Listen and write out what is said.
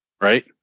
Right